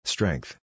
Strength